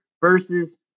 versus